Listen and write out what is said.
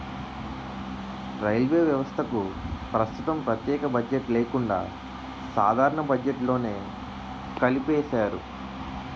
railway వ్యవస్థకు ప్రస్తుతం ప్రత్యేక బడ్జెట్ లేకుండా సాధారణ బడ్జెట్లోనే కలిపేశారు